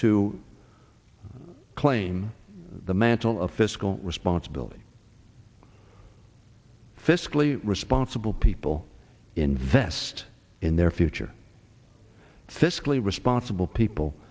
to claim the mantle of fiscal responsibility fiscally responsible people invest in their future fiscally responsible people